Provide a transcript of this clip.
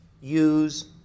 use